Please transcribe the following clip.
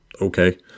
okay